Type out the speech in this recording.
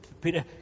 Peter